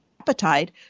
appetite